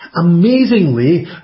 Amazingly